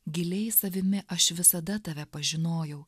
giliai savimi aš visada tave pažinojau